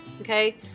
Okay